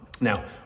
Now